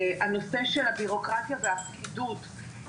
של הביורוקרטיה והפקידות,